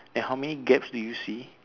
and how many gaps do you see